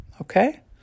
Okay